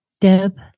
Deb